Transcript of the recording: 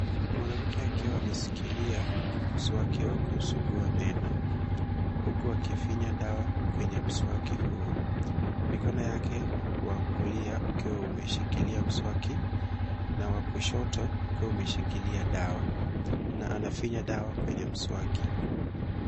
Mwanamke akiwa ameshikilia mswaki wa kusukua meno huku akifinya dawa kwenye mswaki huo. Mikono yake wa kulia ukiwa umeshikilia mswaki na wa kushoto ukiwa umeshikilia dawa na anafinya dawa kwenye mswaki.